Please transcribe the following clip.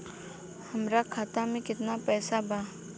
हमरा खाता मे केतना पैसा बा?